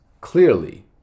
clearly